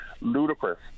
ludicrous